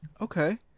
Okay